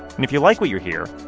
and if you like what you hear,